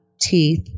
teeth